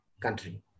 country